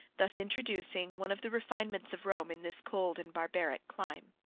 thus introducing one of the refinements of rome in this cold and barbaric clime.